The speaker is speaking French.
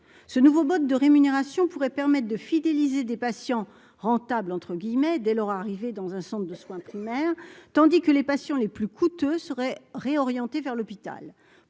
Ce nouveau mode de rémunération pourrait permettre de fidéliser des patients « rentables » dès leur arrivée dans un centre de soins primaires, tandis que les patients les plus « coûteux » seraient réorientés vers l'hôpital.